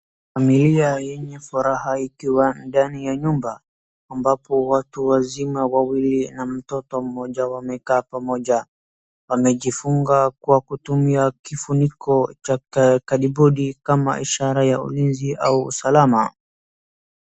Famili yenye furaha ikiwa ndani ya nyumba ambapo watu wazima wawili na mtoto mmoja wamekaa pamoja. Wamejifunga kwa kutumia kifuniko cha kadibodi kama ishara ya ulinzi au usalama.